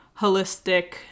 holistic